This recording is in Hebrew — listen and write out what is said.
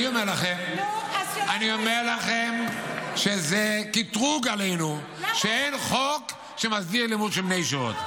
אני אומר לכם שזה קטרוג עלינו שאין חוק שמסדיר לימוד של בני ישיבות.